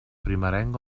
primerenc